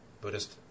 Buddhist